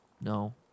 No